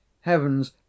heavens